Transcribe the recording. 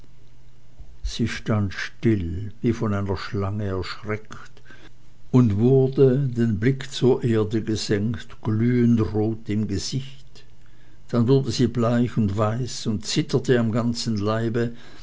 sie stand still wie von einer schlange erschreckt und wurde den blick zur erde gesenkt glühendrot im gesicht dann wurde sie bleich und weiß und zitterte am ganzen leibe